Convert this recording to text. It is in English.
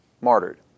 martyred